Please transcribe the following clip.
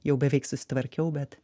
jau beveik susitvarkiau bet